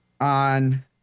on